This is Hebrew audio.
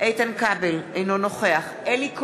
אינו נוכח אלי כהן,